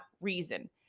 reason